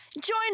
Join